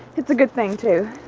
it's a good thing too.